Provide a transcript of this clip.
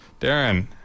Darren